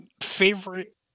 favorite